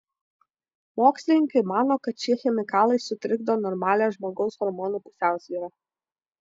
mokslininkai mano kad šie chemikalai sutrikdo normalią žmogaus hormonų pusiausvyrą